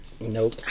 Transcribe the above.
Nope